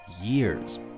years